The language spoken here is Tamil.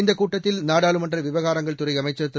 இந்தக் கூட்டத்தில் நாடாளுமன்ற விவகாரங்கள் துறை அமைச்சர் திரு